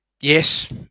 Yes